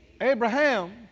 Abraham